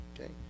okay